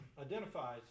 identifies